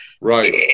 Right